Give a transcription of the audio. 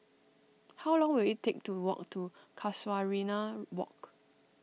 how long will it take to walk to Casuarina Walk